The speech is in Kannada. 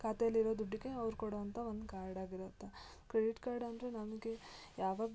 ಖಾತೆಯಲ್ಲಿರೊ ದುಡ್ಡಿಗೆ ಅವ್ರು ಕೊಡುವಂತ ಒಂದು ಕಾರ್ಡಾಗಿರತ್ತೆ ಕ್ರೆಡಿಟ್ ಕಾರ್ಡ್ ಅಂದರೆ ನಮಗೆ ಯಾವಾಗ